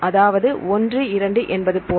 அதாவது 1 2 என்பதுபோல